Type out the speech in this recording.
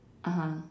(uh huh)